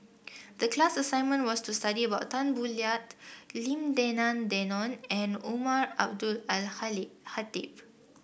the class assignment was to study about Tan Boo Liat Lim Denan Denon and Umar Abdullah Al Khatib